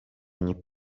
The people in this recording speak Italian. ogni